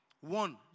One